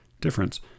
difference